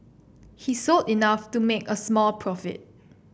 he sold enough to make a small profit